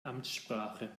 amtssprache